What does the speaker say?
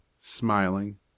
smiling